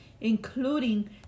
including